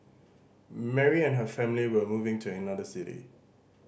Mary and her family were moving to another city